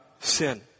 sin